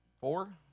four